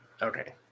Okay